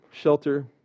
shelter